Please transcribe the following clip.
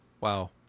Wow